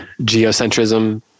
geocentrism